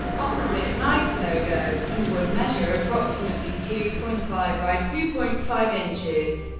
opposite nike's logo, and would measure approximately two point five by two point five inches.